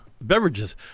beverages